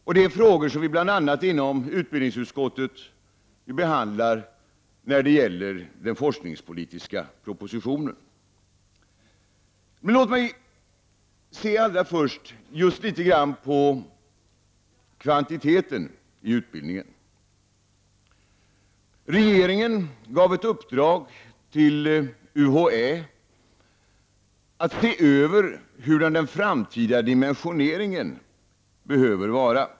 Det är frågor som vi behandlar i utbildningsutskottet bl.a. inom ramen för den forskningspolitiska propositionen. Låt mig allra först ta upp frågan om kvantiteten i utbildningen. Regeringen gav ett uppdrag till UHÄ att se över hurdan den framtida dimensioneringen behöver vara.